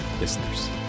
listeners